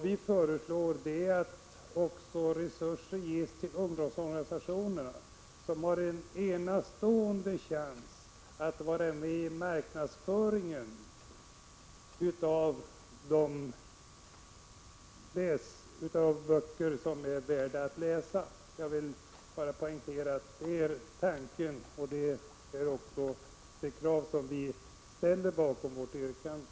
Vi föreslår att resurser ges även till ungdomsorganisationerna, som har en enastående chans att vara med i marknadsföringen av böcker som är värda att läsa. Jag vill bara poängtera att detta är tanken bakom vårt resonemang, och kravet på i vårt yrkande.